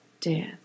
death